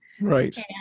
Right